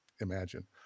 imagine